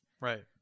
Right